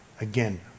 again